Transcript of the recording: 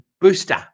booster